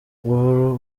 ubu